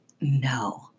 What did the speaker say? No